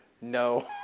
No